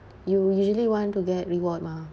you usually want to get reward mah